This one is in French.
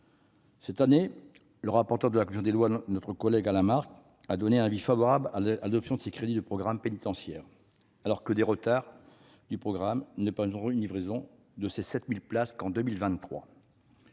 Cette année, le rapporteur pour avis de commission des lois, notre collègue Alain Marc, a donné un avis favorable à l'adoption des crédits du programme pénitentiaire, alors même que des retards accumulés ne permettront une livraison de ces 7 000 places qu'en 2023.